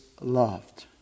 loved